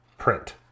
print